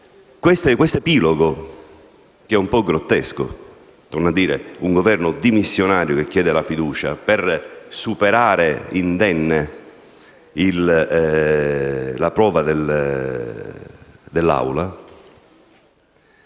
questo epilogo è un po' grottesco: un Governo dimissionario che chiede la fiducia per superare indenne la prova dell'Aula